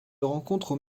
rencontrent